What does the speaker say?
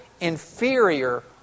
inferior